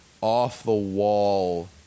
off-the-wall